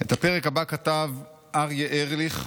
את הפרק הבא כתב אריה ארליך,